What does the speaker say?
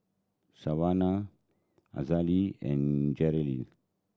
Savanna Hazelle and Jerrell